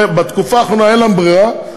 בתקופה האחרונה אין להם ברירה,